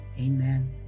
Amen